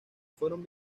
fueron